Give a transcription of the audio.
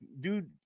Dude